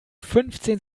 fünfzehn